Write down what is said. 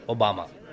Obama